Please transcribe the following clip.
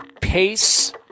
Pace